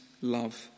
love